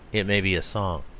it may be a song.